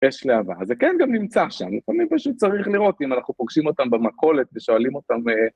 יש להבה, זה כן גם נמצא שם, לפעמים פשוט צריך לראות אם אנחנו פוגשים אותם במכולת ושואלים אותם...